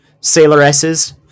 sailoresses